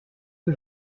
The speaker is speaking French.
que